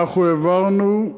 אנחנו העברנו,